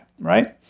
right